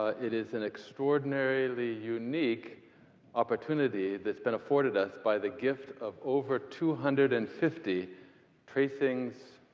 ah it is an extraordinarily unique opportunity that's been afforded us by the gift of over two hundred and fifty tracings,